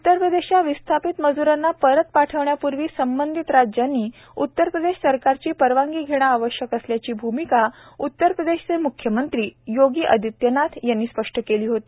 उत्तरप्रदेशच्या विस्थापित मज्रांना परत पाठवण्यापूर्वी संबंधित राज्यांनी उत्तरप्रदेश सरकारची परवानगी घेणं आवश्यक असल्याची भूमिका उत्तरप्रदेशचे मुख्यमंत्री योगी आदित्यनाथ यांनी स्पष्ट केली होती